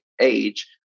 age